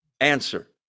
Answer